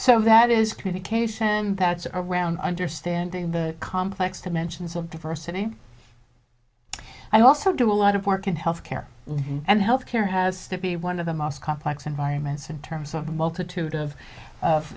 so that is communication and that's around understanding the complex dimensions of diversity i also do a lot of work in health care and health care has to be one of the most complex environments in terms of a multitude of